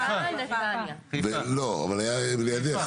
היה לידך,